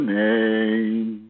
name